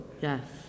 Yes